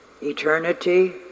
eternity